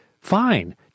fine